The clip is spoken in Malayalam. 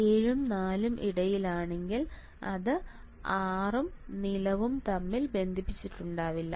7 നും 4 നും ഇടയിലാണെങ്കിൽ അത് 6 നിലവും തമ്മിൽ ബന്ധിപ്പിച്ചിട്ടുണ്ടാകില്ല